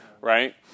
right